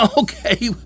Okay